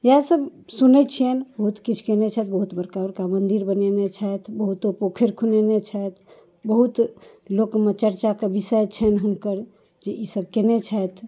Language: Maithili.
इएहसब सुनै छिअनि बहुत किछु कएने छथि बहुत बड़का बड़का मन्दिर बनेने छथि बहुतो पोखरि खुनेने छथि बहुत लोकमे चर्चाके विषय छनि हुनकर जे ईसब कएने छथि